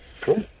cool